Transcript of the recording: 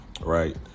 right